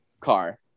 car